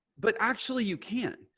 but actually you can,